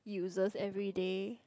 uses every day